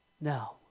No